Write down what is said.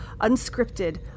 unscripted